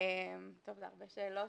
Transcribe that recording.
זה הרבה שאלות.